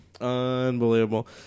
unbelievable